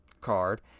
card